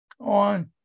on